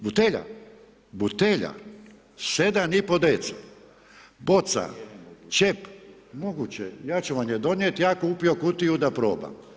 Butelja, butelja 7,5 dcl, boca, čep, moguće, ja ću vam je donijeti, ja kupio kutiju da probam.